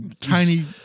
tiny